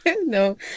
No